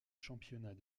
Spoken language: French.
championnat